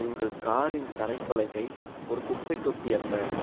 உங்கள் காரின் தரைப்பலகை ஒரு குப்பைத் தொட்டி அல்ல